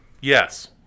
Yes